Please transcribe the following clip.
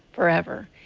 forever.